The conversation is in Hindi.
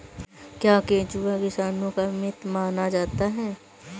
क्या केंचुआ किसानों का मित्र माना जाता है?